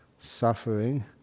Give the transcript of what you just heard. suffering